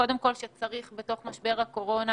שצריך בתוך משבר הקורונה